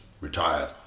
retired